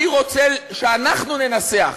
אני רוצה שאנחנו ננסח.